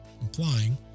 implying